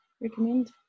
recommend